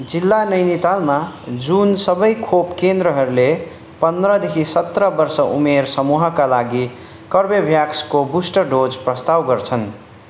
जिल्ला नैनीतालमा जुन सबै खोप केन्द्रहरूले पन्ध्रदेखि सत्र वर्ष उमेर समूहका लागि कर्भेभ्याक्सको बुस्टर डोज प्रस्ताव गर्छन्